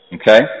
Okay